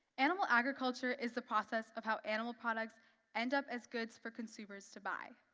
animal agriculture is the process of how animal products end up as goods for consumers to buy.